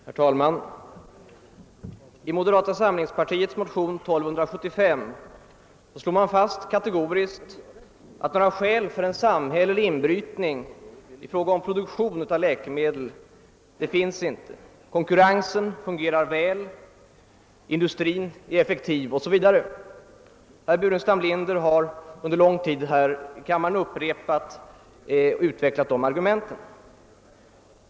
Herr talman! I moderata samlingspartiets motion II:1275 slår man kategoriskt fast att några skäl för en samhällelig inbrytning i fråga om produktionen av läkemedel inte finns. Konkurrensen fungerar väl, industrin är effektiv o.s.v. Herr Burenstam Linder har under lång tid här i kammaren upprepat och utvecklat de argumenten.